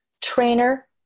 trainer